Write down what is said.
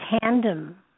tandem